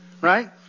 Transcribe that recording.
right